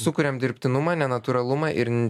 sukuriam dirbtinumą nenatūralumą ir